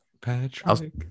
Patrick